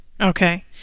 Okay